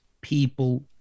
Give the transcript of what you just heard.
people